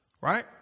Right